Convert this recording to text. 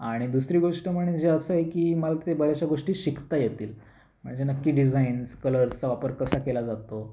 आणि दुसरी गोष्ट म्हणजे असं आहे की मला ते बऱ्याचशा गोष्टी शिकता येतील म्हणजे नक्की डिझाईन्स कलरचा वापर कसा केला जातो